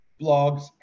blogs